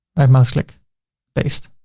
right-mouse-click paste.